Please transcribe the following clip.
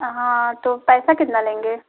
हाँ तो पैसा कितना लेंगे